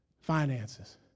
finances